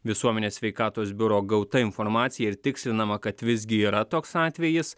visuomenės sveikatos biuro gauta informacija ir tikslinama kad visgi yra toks atvejis